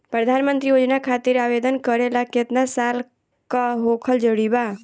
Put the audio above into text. प्रधानमंत्री योजना खातिर आवेदन करे ला केतना साल क होखल जरूरी बा?